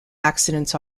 accidents